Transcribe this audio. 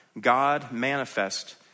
God-manifest